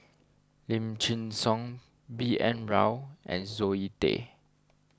Lim Chin Siong B N Rao and Zoe Tay